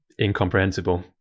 incomprehensible